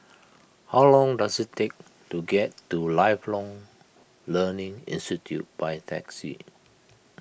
how long does it take to get to Lifelong Learning Institute by taxi